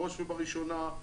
בראש ובראשונה,